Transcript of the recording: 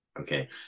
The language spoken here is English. okay